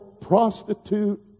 prostitute